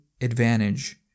advantage